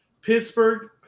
Pittsburgh